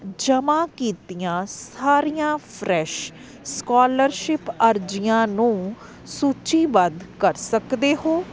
ਜਮ੍ਹਾਂ ਕੀਤੀਆਂ ਸਾਰੀਆਂ ਫਰੈਸ਼ ਸਕੋਲਰਸ਼ਿਪ ਅਰਜ਼ੀਆਂ ਨੂੰ ਸੂਚੀਬੱਧ ਕਰ ਸਕਦੇ ਹੋ